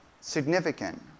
significant